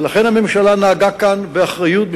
ולכן הממשלה נהגה כאן באחריות,